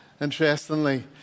interestingly